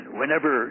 whenever